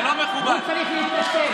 הוא צריך להתנצל.